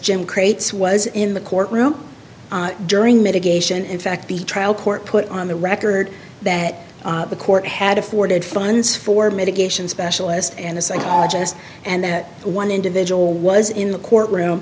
jim crates was in the courtroom during mitigation in fact the trial court put on the record that the court had afforded funds for mitigation specialist and a psychologist and that one individual was in the courtroom